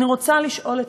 אני רוצה לשאול אתכם: